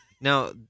Now